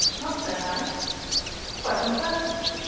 not so nice quite impertinent.